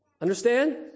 Understand